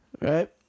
Right